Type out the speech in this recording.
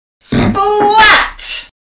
Splat